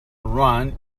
run